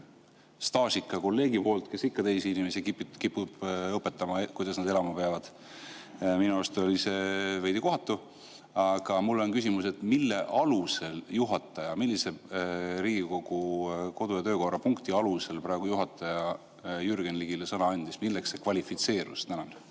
staažikalt kolleegilt, kes ikka teisi inimesi kipub õpetama, kuidas nad elama peavad. Minu arust oli see veidi kohatu. Aga mul on küsimus, mille alusel, millise Riigikogu kodu‑ ja töökorra punkti alusel praegu juhataja Jürgen Ligile sõna andis. Milleks see kvalifitseerus?